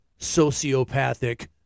sociopathic